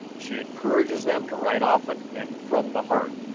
she encourages them to write often, and from the heart.